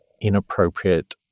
inappropriate